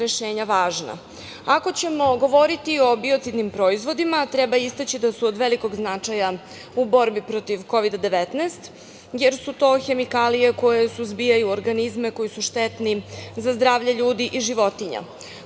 rešenja važna. Ako ćemo govoriti o biocidnim proizvodima, treba istaći da su od velikog značaja u borbi protiv Kovida 19, jer su to hemikalije koje suzbijaju organizme koji su štetni za zdravlje ljudi i životinja.